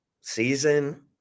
season